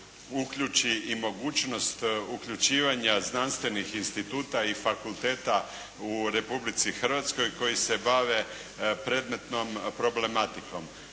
uključi i mogućnost uključivanja znanstvenih instituta i fakulteta u Republici Hrvatskoj koji se bave predmetnom problematikom.